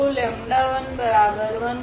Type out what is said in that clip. तो 𝜆11 𝜆21